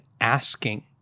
asking